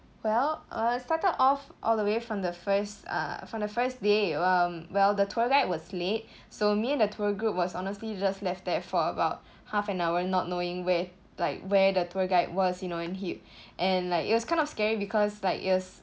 well uh started off all the way from the first uh from the first day um well the tour guide was late so me and the tour group was honestly just left there for about half an hour not knowing where like where the tour guide was you know and he and like it was kind of scary because like it was